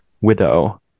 widow